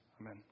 Amen